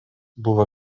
buvo